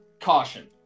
Caution